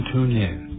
TuneIn